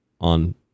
on